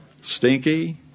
stinky